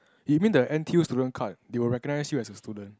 you mean the N_T_U student card they will recognize you as a student